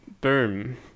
Boom